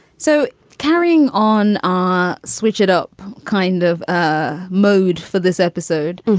so carrying on ah switch it up kind of ah mode for this episode.